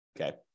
okay